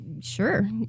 sure